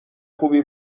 خوبی